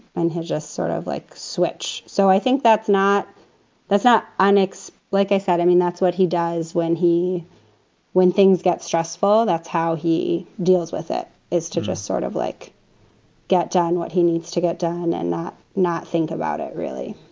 and he's just sort of like switch. so i think that's not that's not ah an. like i said, i mean, that's what he does when he when things get stressful, that's how he deals with it, is to just sort of like get done what he needs to get done and not not think about it really